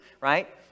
right